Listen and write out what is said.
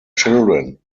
children